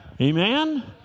Amen